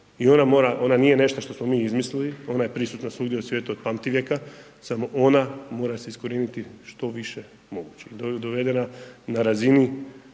i ona nije nešto što mi izmislili, ona je prisutna svugdje u svijetu od pamtivijeka, samo ona mora se iskorijeniti što više moguće,